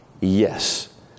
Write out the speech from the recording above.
Yes